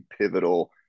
pivotal